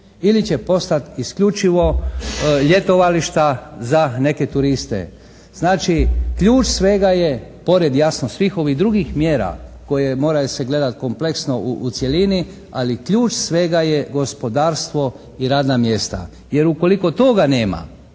ili će postati isključivo ljetovališta za neke turiste. Znači ključ svega je, pored jasno svih ovih drugih mjera koje mora se gledati kompleksno u cjelini, ali ključ svega je gospodarstvo i radna mjesta. Jer ukoliko toga nema